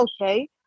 okay